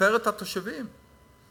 לתפארת התושבים.